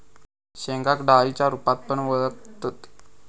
शेंगांका डाळींच्या रूपात पण वळाखतत